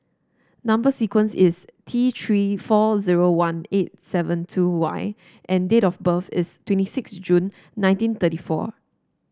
number sequence is T Three four zero one eight seven two Y and date of birth is twenty six June nineteen thirty four